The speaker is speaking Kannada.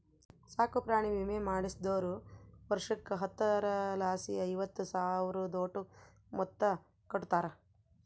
ಸಾಕುಪ್ರಾಣಿ ವಿಮೆ ಮಾಡಿಸ್ದೋರು ವರ್ಷುಕ್ಕ ಹತ್ತರಲಾಸಿ ಐವತ್ತು ಸಾವ್ರುದೋಟು ಮೊತ್ತ ಕಟ್ಟುತಾರ